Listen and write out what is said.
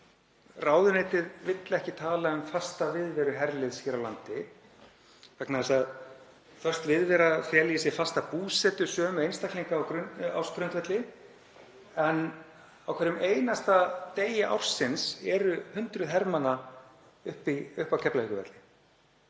Ráðuneytið vill ekki tala um fasta viðveru herliðs hér á landi vegna þess að föst viðvera feli í sér fasta búsetu sömu einstaklinga á ársgrundvelli. En á hverjum einasta degi ársins eru hundruð hermanna á Keflavíkurvelli,